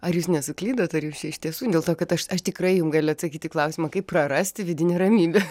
ar jūs nesuklydot ar jūs čia iš tiesų dėl to kad aš aš tikrai jum galiu atsakyt į klausimą kaip prarasti vidinę ramybę